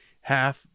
half